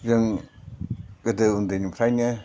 जों गोदो उन्दैनिफ्रायनो